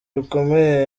bikomeye